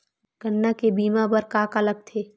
गन्ना के बीमा बर का का लगथे?